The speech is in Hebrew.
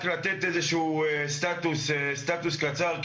לתת סטטוס קצר,